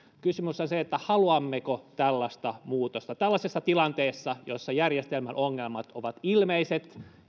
kysymys on haluammeko tällaista muutosta tällaisessa tilanteessa jossa järjestelmän ongelmat ovat ilmeiset